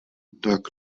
tak